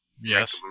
Yes